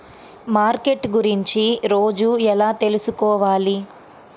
Market గురించి రోజు ఎలా తెలుసుకోవాలి?